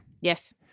Yes